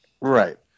Right